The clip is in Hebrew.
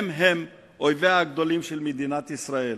הם-הם אויביה הגדולים של מדינת ישראל